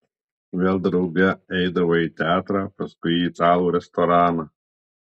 vėl drauge eidavo į teatrą paskui į italų restoraną